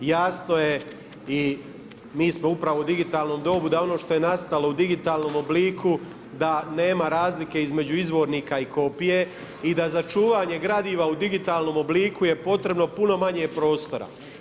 Jasno je i mi smo upravo u digitalnom dobu da ono što je nastalo u digitalnom obliku da nema razlike između izvornika i kopije i da za čuvanje gradiva u digitalnom obliku je potrebno puno manje prostora.